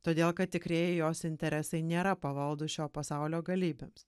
todėl kad tikrieji jos interesai nėra pavaldūs šio pasaulio galybėms